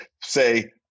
say